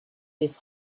his